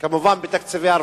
כמובן בתקציבי הרווחה.